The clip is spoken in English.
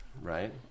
Right